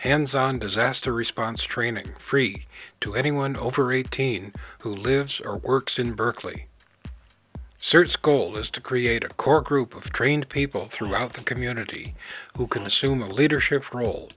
hands on disaster response training free to anyone over eighteen who lives or works in berkeley search goal is to create a core group of trained people throughout the community who can assume a leadership role